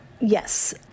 Yes